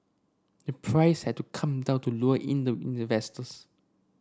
the price had to come down to lure in the in the